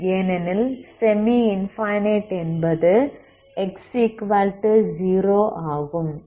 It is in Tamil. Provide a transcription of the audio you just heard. ஏனெனில் செமி இன்ஃபனைட் என்பது x 0 ஆகும்